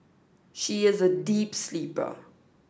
she is a deep sleeper